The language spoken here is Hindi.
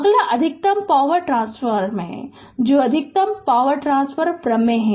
अगला अधिकतम पावर ट्रांसफर है जो अधिकतम पावर ट्रांसफर प्रमेय है